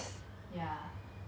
how many classes do you know